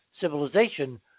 civilization